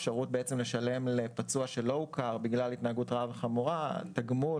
אפשרות לשלם לפצוע שלא הוכר בגלל התנהגות רעה וחמורה תגמול,